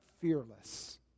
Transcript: fearless